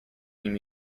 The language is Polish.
nim